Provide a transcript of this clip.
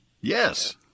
Yes